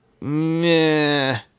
meh